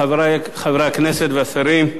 חברי חברי הכנסת והשרים,